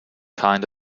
kind